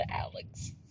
Alex